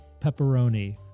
Pepperoni